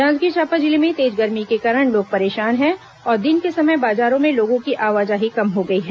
जांजगीर चांपा जिले में तेज गर्मी के कारण लोग परेशान है और दिन के समय बाजारों मे लोगों की आवाजाही कम हो गई है